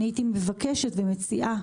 אני הייתי מבקשת ומציעה